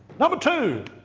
number two,